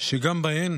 ישראל באתרים